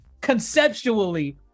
conceptually